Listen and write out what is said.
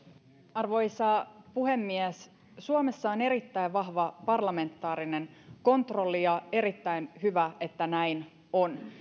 arvoisa puhemies suomessa on erittäin vahva parlamentaarinen kontrolli ja erittäin hyvä että näin on